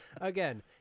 Again